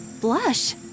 blush